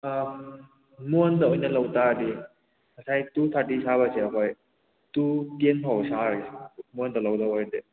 ꯑꯥ month ꯑꯣꯏꯅ ꯂꯧꯕꯇꯥꯔꯗꯤ ꯉꯁꯥꯏ ꯇꯨ ꯊꯥꯔꯇꯤ ꯁꯥꯕꯁꯦ ꯑꯩꯈꯣꯏ ꯇꯨ ꯇꯦꯟ ꯐꯥꯎꯕ ꯁꯥꯔꯒꯦ ꯃꯣꯟꯗ ꯂꯧꯗꯧꯕ ꯑꯣꯏꯔꯗꯤ